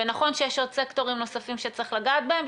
ונכון שיש עוד סקטורים נוספים שצריך לגעת בהם,